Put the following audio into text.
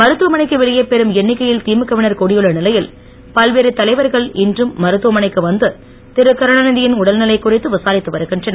மருத்துவமனைக்கு வெளியே பெரும் எண்ணிக்கையில் திமுக வினர் கூடியுள்ள நிலையில் பல்வேறு தலைவர்கள் இன்றும் மருத்துவமனைக்கு வந்து திருகருணாநிதி யின் உடல்நிலை குறித்து விசாரித்து வருகின்றனர்